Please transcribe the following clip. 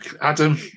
Adam